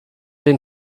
den